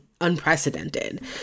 unprecedented